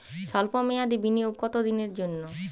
সল্প মেয়াদি বিনিয়োগ কত দিনের জন্য?